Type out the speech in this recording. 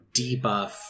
debuff